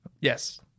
Yes